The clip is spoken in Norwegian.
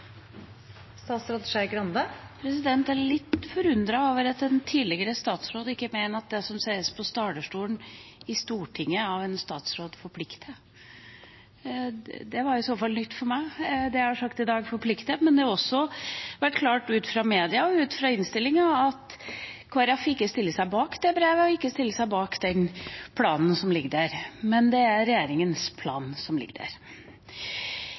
statsråd ikke mener at det som sies på talerstolen i Stortinget av en statsråd, forplikter. Det var i så fall nytt for meg. Det jeg har sagt i dag, forplikter, men ut fra både media og innstillinga er det klart at Kristelig Folkeparti ikke stiller seg bak det brevet og bak den planen som ligger der. Men det er regjeringas plan som ligger der.